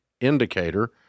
indicator